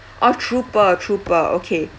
oh trooper trooper okay